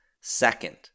second